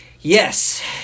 yes